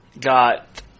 got